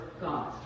God